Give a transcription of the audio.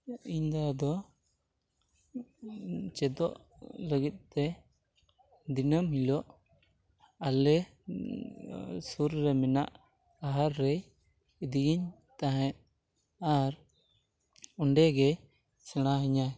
ᱤᱧ ᱫᱟᱫᱟ ᱫᱚ ᱪᱮᱫᱚᱜ ᱞᱟᱹᱜᱤᱫ ᱛᱮ ᱫᱤᱱᱟᱹᱢ ᱦᱤᱞᱳᱜ ᱟᱞᱮ ᱥᱩᱨ ᱨᱮ ᱢᱮᱱᱟᱜ ᱟᱦᱟᱨ ᱨᱮ ᱤᱫᱤᱭᱤᱧ ᱛᱟᱦᱮᱸᱫ ᱟᱨ ᱚᱸᱰᱮᱜᱮ ᱥᱮᱬᱟᱣᱟᱹᱧᱟᱹ